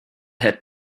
had